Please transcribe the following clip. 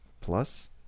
plus